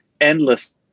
endless